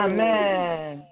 Amen